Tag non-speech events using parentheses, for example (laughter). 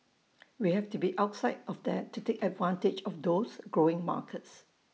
(noise) we have to be outside of that to take advantage of those growing markets